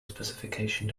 specification